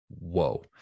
Whoa